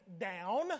down